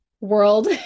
world